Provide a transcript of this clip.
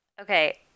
Okay